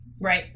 Right